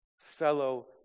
fellow